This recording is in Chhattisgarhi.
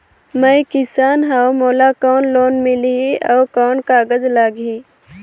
मैं किसान हव मोला कौन लोन मिलही? अउ कौन कागज लगही?